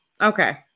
okay